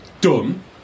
Done